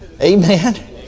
Amen